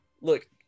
look